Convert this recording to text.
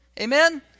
Amen